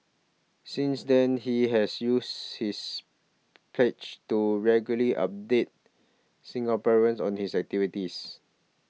since then he has used his page to regularly update Singaporeans on his activities